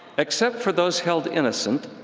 except for those held innocent,